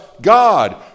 God